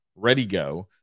ReadyGo